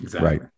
Right